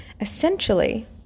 essentially